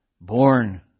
Born